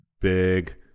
big